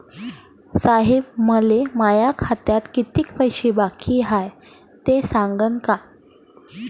साहेब, मले माया खात्यात कितीक पैसे बाकी हाय, ते सांगान का?